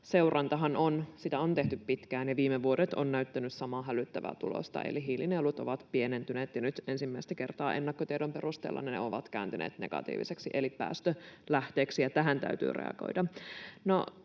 seurantaahan on tehty pitkään, ja viime vuodet ovat näyttäneet samaa hälyttävää tulosta, eli hiilinielut ovat pienentyneet, ja nyt ensimmäistä kertaa ennakkotiedon perusteella ne ovat kääntyneet negatiiviseksi eli päästölähteeksi, ja tähän täytyy reagoida.